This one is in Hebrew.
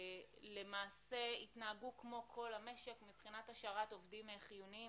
למעשה התנהלו כמו כול המשק מבחינת השארת עובדים חיוניים